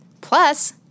Plus